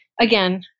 again